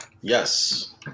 Yes